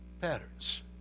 Patterns